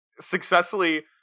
successfully